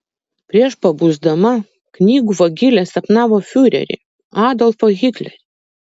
prieš pabusdama knygų vagilė sapnavo fiurerį adolfą hitlerį